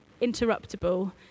interruptible